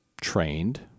trained